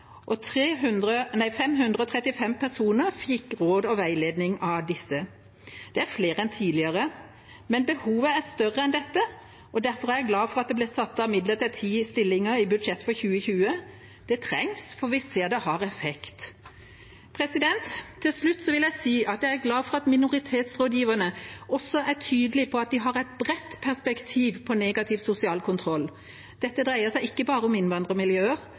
og 535 personer fikk råd og veiledning av disse. Det er flere enn tidligere, men behovet er større enn dette. Derfor er jeg glad for at det ble satt av midler til ti stillinger i budsjettet for 2020. Det trengs, for vi ser at det har effekt. Til slutt vil jeg si at jeg er glad for at minoritetsrådgiverne også er tydelige på at de har et bredt perspektiv på negativ sosial kontroll. Dette dreier seg ikke bare om innvandrermiljøer,